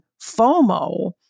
FOMO